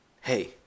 hey